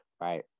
right